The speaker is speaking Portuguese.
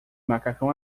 macacão